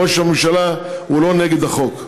ראש הממשלה הוא לא נגד החוק.